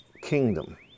kingdom